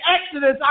Exodus